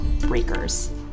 breakers